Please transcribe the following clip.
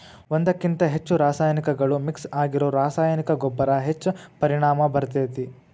ಒಂದ್ಕಕಿಂತ ಹೆಚ್ಚು ರಾಸಾಯನಿಕಗಳು ಮಿಕ್ಸ್ ಆಗಿರೋ ರಾಸಾಯನಿಕ ಗೊಬ್ಬರ ಹೆಚ್ಚ್ ಪರಿಣಾಮ ಬೇರ್ತೇತಿ